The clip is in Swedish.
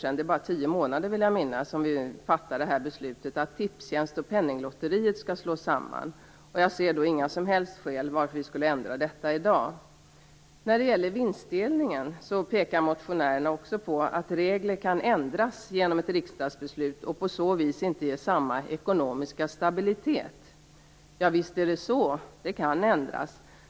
Det är bara tio månader, vill jag minnas, sedan vi fattade beslutet att Tipstjänst och Penninglotteriet skall slås samman. Jag ser inga som helst skäl till att vi skulle ändra detta i dag. När det gäller vinstdelningen pekar motionärerna också på att regler kan ändras genom ett riksdagsbeslut och att man på så vis inte får samma ekonomiska stabilitet. Visst är det så, de kan ändras.